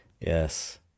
Yes